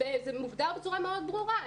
זה מוגדר בצורה מאוד ברורה.